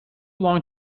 long